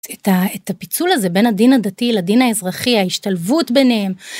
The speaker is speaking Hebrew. את הפיצול הזה בין הדין הדתי לדין האזרחי, ההשתלבות ביניהם.